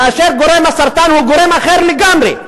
כאשר גורם הסרטן הוא אחר לגמרי.